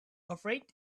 afraid